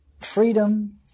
freedom